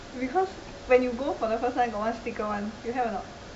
because when you go for the first time got one sticker [one] you have or not